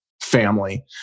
family